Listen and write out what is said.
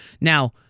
Now